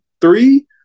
Three